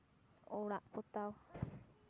ᱚᱲᱟᱜ ᱯᱚᱛᱟᱣ